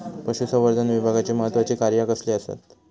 पशुसंवर्धन विभागाची महत्त्वाची कार्या कसली आसत?